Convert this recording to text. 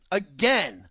again